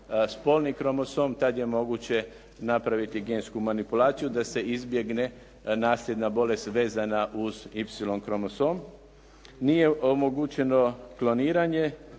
spolni kromosom, tad je moguće napraviti gensku manipulaciju da se izbjegne nasljedna bolest vezana uz Y kromosom. Nije omogućeno kloniranje